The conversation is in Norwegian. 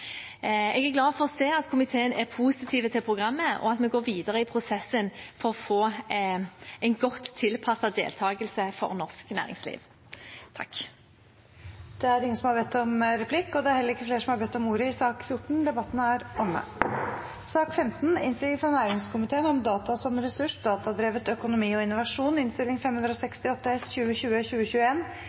Jeg er glad for å se at komiteen er positiv til programmet, og at vi går videre i prosessen for å få en godt tilpasset deltakelse for norsk næringsliv.